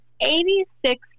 Eighty-six